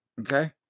Okay